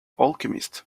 alchemist